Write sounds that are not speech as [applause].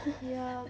[laughs]